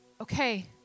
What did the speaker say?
okay